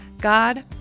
God